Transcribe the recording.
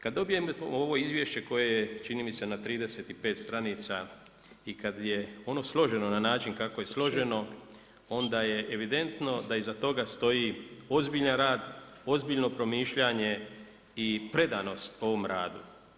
Kad dobijem ovo izvješće koje je čini mi se na 35 stranica i kad je ono složeno na način kako je složeno, onda je evidentno da iza toga stoji ozbiljan rad, ozbiljno promišljanje i predanost ovom radu.